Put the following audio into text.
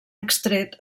extret